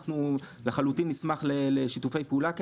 אנחנו לחלוטין נשמח לשיתופי פעולה כאלה.